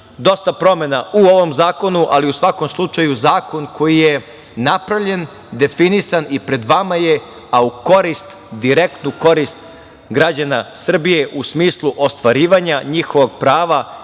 dosta promena u ovom zakonu, ali u svakom slučaju zakon koji je napravljen definisan i pred vama je, a u korist, direktnu korist građana Srbije u smislu ostvarivanja njihovih prava,